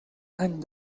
any